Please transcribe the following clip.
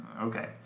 okay